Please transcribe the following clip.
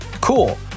Cool